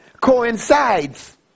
coincides